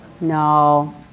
No